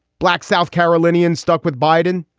black south carolinians stuck with biden.